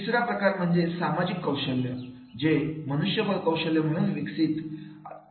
तिसरा प्रकार म्हणजे सामाजिक कौशल्य जे मनुष्यबळ कौशल्य म्हणून ओळखले जातात